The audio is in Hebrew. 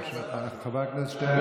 חבר הכנסת שטרן.